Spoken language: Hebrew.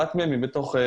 אחת מהן היא בקרוואן.